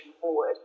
forward